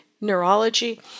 neurology